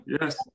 yes